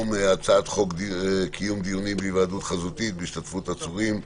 על סדר היום הצעת חוק קיום דיונים בהיוועדות חזותית בהשתתפות עצורים,